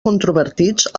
controvertits